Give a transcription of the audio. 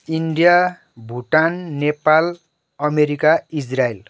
India Bhutan Nepal America Israel